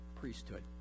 priesthood